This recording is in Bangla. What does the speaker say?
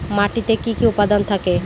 মাটিতে কি কি উপাদান থাকে?